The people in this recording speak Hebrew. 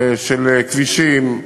של כבישים,